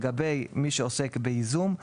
לגבי מי שעוסק בייזום,